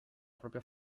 propria